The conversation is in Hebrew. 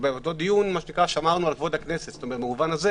באותו דיון, שמרנו על כבוד הכנסת במובן הזה